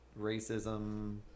racism